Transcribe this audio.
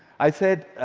i said,